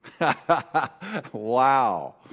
Wow